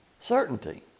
Certainty